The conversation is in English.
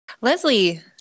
Leslie